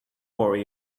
worry